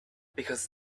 because